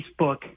Facebook